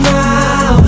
now